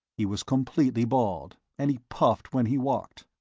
he was completely bald, and he puffed when he walked.